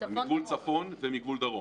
מגבול צפון ומגבול דרום.